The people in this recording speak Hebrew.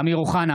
אמיר אוחנה,